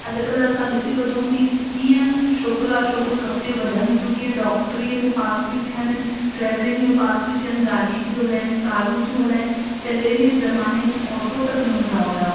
अॼुकल्ह असां ॾिसी वठूं की कीअं छोकिरा छोकिरियूं अॻिते वधनि थियूं कीअं डॉक्टरीअ में पास थियूं थियनि ट्रेवलिंग में पास थियूं थियनि गाॾी थियूं हलाइनि कारूं थियूं हलाइनि पहिले जे ज़माने में ऑटो तक न हूंदा हुआ